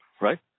right